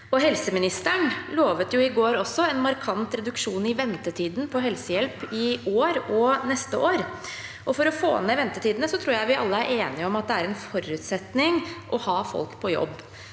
Helseministeren lovet i går også en markant reduksjon i ventetiden for helsehjelp i år og neste år. For å få ned ventetidene tror jeg vi alle er enige om at det er en forutsetning å ha folk på jobb.